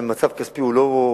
המצב הכספי הוא לא פשוט,